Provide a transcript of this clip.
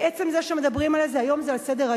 עצם זה שמדברים על זה, היום זה על סדר-היום.